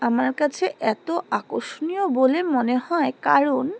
আমার কাছে এত আকর্ষণীয় বলে মনে হয় কারণ